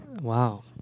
Wow